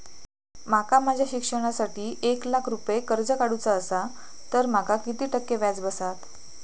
माका माझ्या शिक्षणासाठी एक लाख रुपये कर्ज काढू चा असा तर माका किती टक्के व्याज बसात?